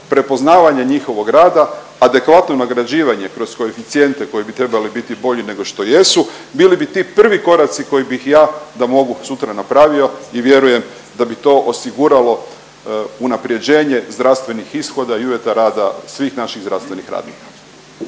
prepoznavanje njihovog rada, adekvatno nagrađivanje kroz koeficijente koji bi trebali biti bolji nego što jesu bili bi ti prvi koraci koje bih ja da mogu sutra napravio i vjerujem da bi to osiguralo unapređenje zdravstvenih ishoda i uvjeta rada svih naših zdravstvenih radnika.